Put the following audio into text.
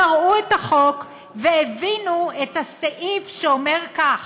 באמת קראו את החוק והבינו את הסעיף שאומר כך: